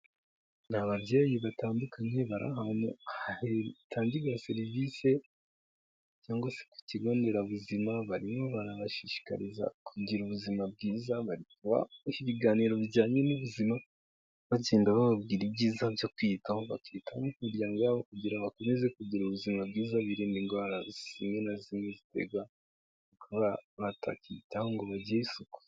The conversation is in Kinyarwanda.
Ni ababyeyi batandukanye bari ahantu hatangirwa serivise cyangwa se ku kigo nderabuzima, barimo bshishikariza kugira ubuzima bwiza, bari kubaha ibiganiro bijyanye n'ubuzima, bagenda bababwira ibyiza byo kwiyitaho bakita no ku miryango yabo kugira ngo bakomeze kugira ubuzima bwiza, birinda indwara zimwe na zimwe ziterwa no kuba batakiyitaho ngo bagire isuku.